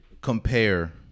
compare